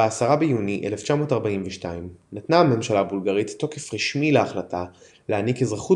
ב-10 ביוני 1942 נתנה הממשלה הבולגרית תוקף רשמי להחלטה להעניק אזרחות